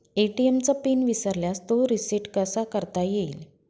ATM चा pin विसरल्यास तो रिसेट कसा करता येईल?